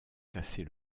casser